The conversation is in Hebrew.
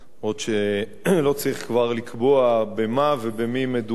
אף שלא צריך כבר לקבוע במה ובמי מדובר.